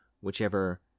whichever